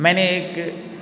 मैंने एक